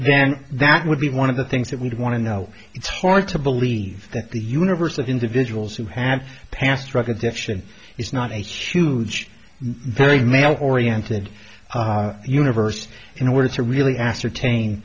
then that would be one of the things that we'd want to know it's hard to believe that the universe of individuals who have passed drug addiction is not a huge very male oriented universe in order to really ascertain